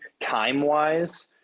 time-wise